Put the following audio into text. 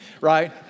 right